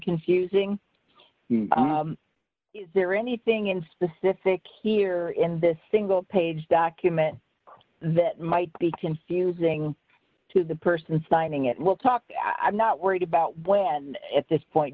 confusing is there anything in specific here in this single page document that might be confusing to the person signing it will talk i'm not worried about when at this point